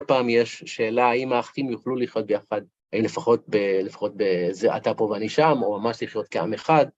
עוד פעם יש שאלה, האם האחים יוכלו לחיות ביחד, האם לפחות אתה פה ואני שם, או ממש לחיות כעם אחד.